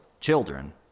children